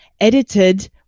edited